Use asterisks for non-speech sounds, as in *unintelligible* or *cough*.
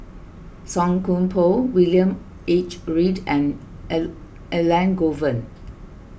Song Koon Poh William H Read and *unintelligible* Elangovan